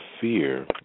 fear